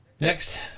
Next